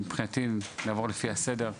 אני מבחינתי נעבור לפי הסדר,